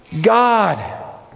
God